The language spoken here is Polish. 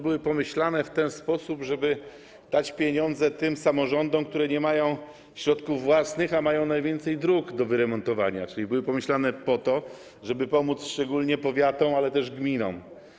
Były one pomyślane w ten sposób, żeby dać pieniądze tym samorządom, które nie mają środków własnych, a mają najwięcej dróg do wyremontowania, czyli były pomyślane po to, żeby pomóc w remontach tych dróg szczególnie powiatom, ale też gminom.